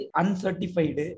uncertified